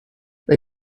they